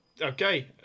okay